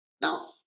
now